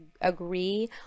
agree